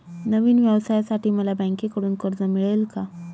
नवीन व्यवसायासाठी मला बँकेकडून कर्ज मिळेल का?